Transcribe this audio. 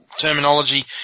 terminology